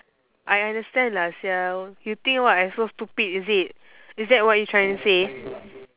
I understand lah sial you think [what] I so stupid is it is that what you're trying to say